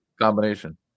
combination